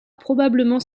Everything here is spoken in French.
probablement